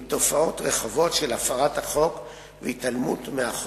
בהתייעצות עם כל גורמי המדינה הנוגעים לנושא.